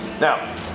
Now